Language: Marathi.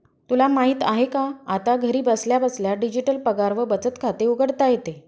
तुला माहित आहे का? आता घरी बसल्या बसल्या डिजिटल पगार व बचत खाते उघडता येते